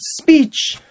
speech